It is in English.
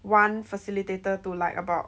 one facilitator to like about